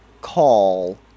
call